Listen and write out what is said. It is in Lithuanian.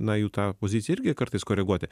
na jų tą poziciją irgi kartais koreguoti